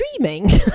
dreaming